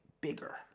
bigger